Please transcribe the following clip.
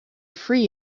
free